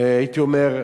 הייתי אומר,